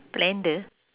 blender